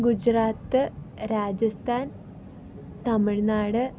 Gujarat Rajasthan Tamil Nadu